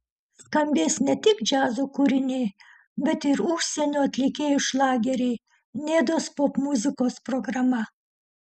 skambės ne tik džiazo kūriniai bet ir užsienio atlikėjų šlageriai nedos popmuzikos programa